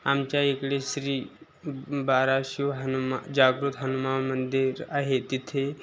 आमच्या इकडे श्री बाराशिव हनुमान जागृत हनुमान मंदिर आहे तिथे